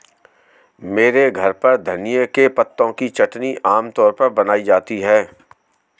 मेरे घर पर धनिए के पत्तों की चटनी आम तौर पर बनाई जाती है